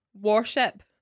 Worship